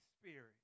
Spirit